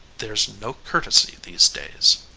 there's no courtesy these days.